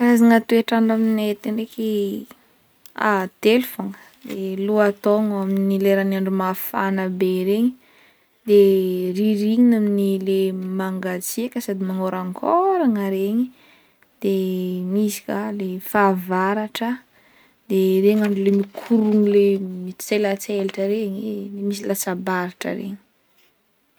Karazagna toetrandro aminay aty ndraiky a telo fogna, lohataogno amin'ny lera amin'ny andro mafana be regny de rirignigna amin'ny le mangatsiaka sady le manorankoragna regny de misy ka le fahavaratra de regny andro le mikomy le mitselatselatra regny misy latsabaratra regny.